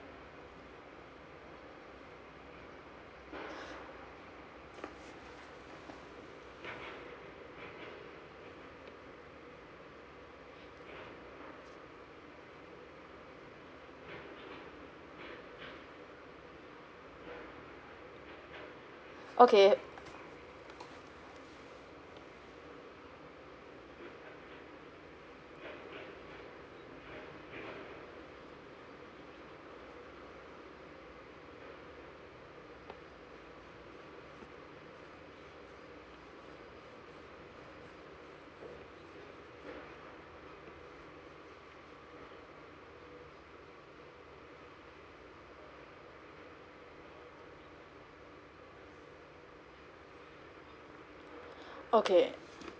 okay okay